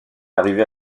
arrivées